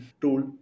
tool